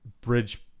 bridge